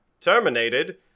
terminated